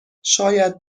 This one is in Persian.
شاید